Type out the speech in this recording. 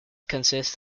consists